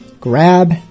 Grab